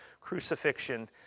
crucifixion